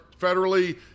federally